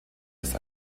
ist